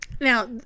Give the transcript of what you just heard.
Now